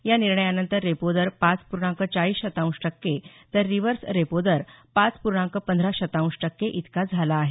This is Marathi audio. या निर्णयानंतर रेपो दर पाच पूर्णांक चाळीस शतांश टक्के तर रिव्हर्स रेपो दर पाच पूर्णांक पंधरा शतांश टक्के इतका झाला आहे